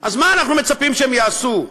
אז מה אנחנו מצפים שהם יעשו?